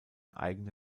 eigene